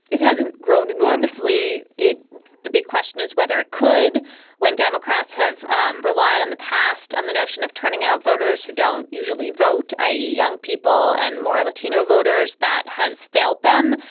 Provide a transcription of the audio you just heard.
it hasn't grown enormously. it the big question is whether it could when democrats have um relied on the past, on the notion of turning out voters who don't usually vote, i e, young people and more latino voters, that has failed them.